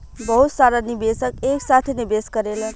बहुत सारा निवेशक एक साथे निवेश करेलन